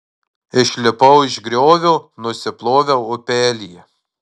išlipau iš griovio nusiploviau upelyje